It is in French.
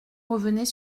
revenez